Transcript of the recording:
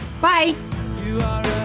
Bye